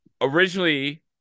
originally